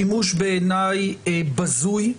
שימוש בעיניי בזוי,